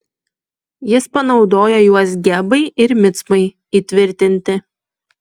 jis panaudojo juos gebai ir micpai įtvirtinti